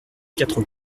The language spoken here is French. quatre